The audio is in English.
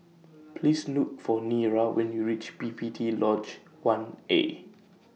Please Look For Nira when YOU REACH P P T Lodge one A